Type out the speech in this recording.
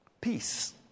peace